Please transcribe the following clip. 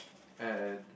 and